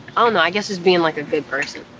ah know, i guess just being like a good person.